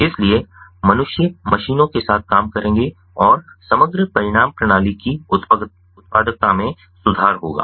इसलिए मनुष्य मशीनों के साथ काम करेंगे और समग्र परिणाम प्रणाली की उत्पादकता में सुधार होगा